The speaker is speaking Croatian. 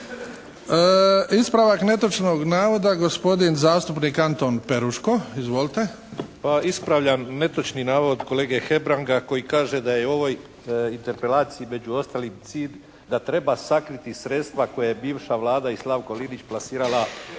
Ispravak netočnog navoda gospodin zastupnik Antun Peruško. Izvolite. **Peruško, Anton (SDP)** Pa ispravljam netočni navod kolege Hebranga koji kaže da je ovoj interpelaciji među ostalim cilj da treba sakriti sredstva koja je bivša Vlada i Slavko Linić plasirala u